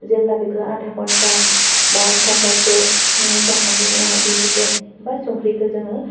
जेब्ला बेखौ आधा घन्टा बा घन्टासे नोङो संखांनायनि उनाव बिनि टेस्ट बा संख्रिखौ जोङो